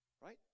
Right